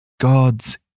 God's